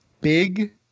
Big